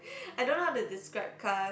I don't know how to describe car